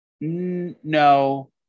no